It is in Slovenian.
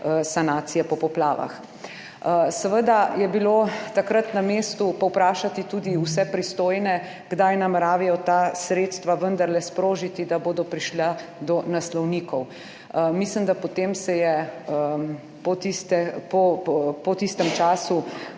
sanacije po poplavah. Seveda je bilo takrat na mestu povprašati tudi vse pristojne kdaj nameravajo ta sredstva vendarle sprožiti, da bodo prišla do naslovnikov. Mislim, da potem se je po tistem času